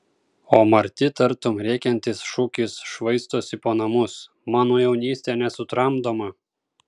o marti tartum rėkiantis šūkis švaistosi po namus mano jaunystė nesutramdoma